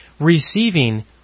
receiving